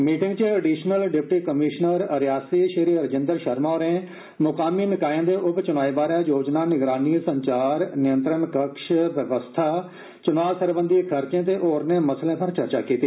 meeting च additional deputy commissioner Reasi Shri Rajinder Sharma होरें मुकामी निकाएं दे उप चुनाएं बारै योजना निगरानी संचार नियंत्रण कक्ष व्यवस्था चुना सरबंधी खर्चे ते होरनें मसलें पर चर्चा कीती